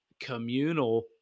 communal